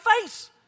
face